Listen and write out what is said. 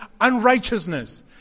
unrighteousness